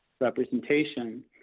representation